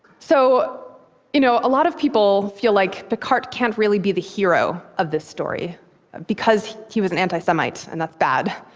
so you know a lot of people feel like picquart can't really be the hero of this story because he was an anti-semite and that's bad,